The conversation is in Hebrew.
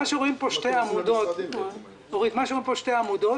רואים פה שתי עמודות.